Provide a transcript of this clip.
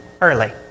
early